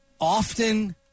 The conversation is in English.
often